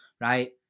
right